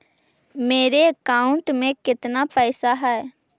मेरे अकाउंट में केतना पैसा है?